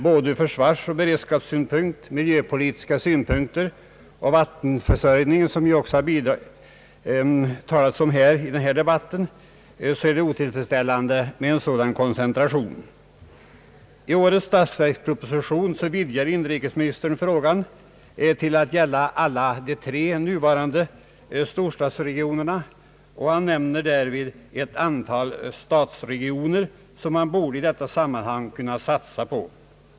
Både ur försvarsoch beredskapssynpunkt, ur miljöpolitisk synpunkt och när det gäller vattenförsörjningen — som det har talats om här — är det otillfredsställande med en sådan koncentration. I årets statsverksproposition vidgar inrikesministern frågan till att gälla alla de tre nuvarande storstadsregionerna och nämner därvid ett antal stadsregioner som man i detta sammanhang borde kunna satsa på.